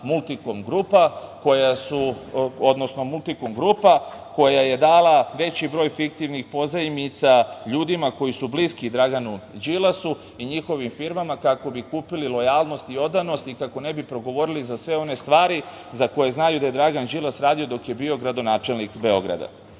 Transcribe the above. „Multikom grupa“, koja je dala veći broj fiktivnih pozajmica ljudima koji su bliski Draganu Đilasu i njihovim firmama kako bi kupili lojalnost i odanost i kako ne bi progovorili za sve one stvari za koje znaju da je Dragan Đilas radio dok je bio gradonačelnik Beograda. Ja